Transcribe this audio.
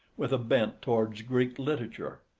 with a bent towards greek literature.